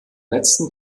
letzten